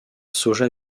soja